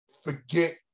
forget